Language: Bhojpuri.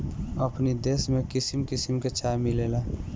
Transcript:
अपनी देश में किसिम किसिम के चाय मिलेला